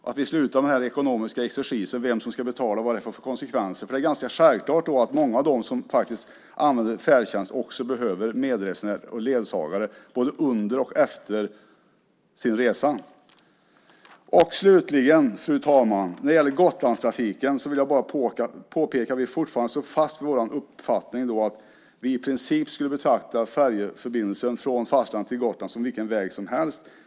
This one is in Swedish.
Vi borde sluta med den ekonomiska exercisen om vem som ska betala och vad det får för konsekvenser, för det är ganska självklart att många av de som faktiskt använder färdtjänst också behöver medresenär och ledsagare både under och efter sin resa. Slutligen, fru talman, vill jag bara påpeka om Gotlandstrafiken att vi fortfarande står fast vid vår uppfattning att vi i princip borde betrakta färjeförbindelsen mellan fastlandet och Gotland som vilken väg som helst.